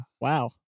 Wow